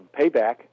payback